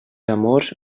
amors